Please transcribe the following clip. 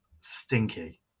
stinky